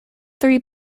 three